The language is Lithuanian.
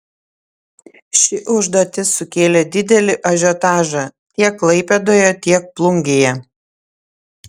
ši užduotis sukėlė didelį ažiotažą tiek klaipėdoje tiek plungėje